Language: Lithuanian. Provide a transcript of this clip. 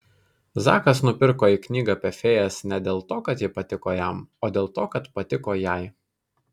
zakas nupirko jai knygą apie fėjas ne dėl to kad ji patiko jam o dėl to kad patiko jai